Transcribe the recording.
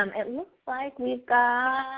um it looks like we've got